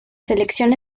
selección